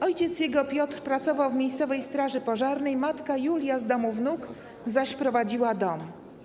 Ojciec jego Piotr pracował w miejscowej straży pożarnej, zaś matka Julia z domu Wnuk prowadziła dom.